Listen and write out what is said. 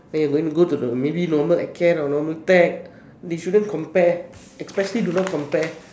you're going to the maybe normal acad or normal tech they shouldn't compare especially do not compare